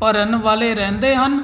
ਭਰਨ ਵਾਲੇ ਰਹਿੰਦੇ ਹਨ